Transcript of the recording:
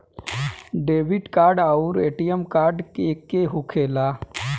Debit card आउर ATM card एके होखेला?